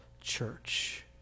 church